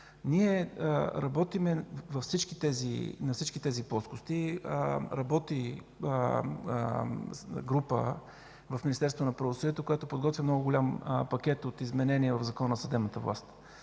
Ние работим във всички тези плоскости. Работи група в Министерството на правосъдието, която подготвя голяма група от пакет от изменения в Закона за съдебната власт.